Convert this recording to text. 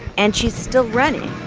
and she's still running